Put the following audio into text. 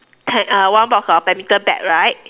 tent uh one box of badminton bat right